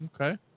Okay